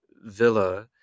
villa